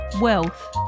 Wealth